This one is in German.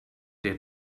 der